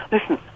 Listen